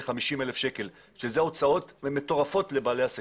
ל-50,000 שקלים שאלה הוצאות מטורפות לבעלי העסקים.